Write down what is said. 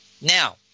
now